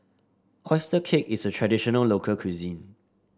oyster cake is a traditional local cuisine